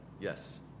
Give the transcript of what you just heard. yes